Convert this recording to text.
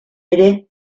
ere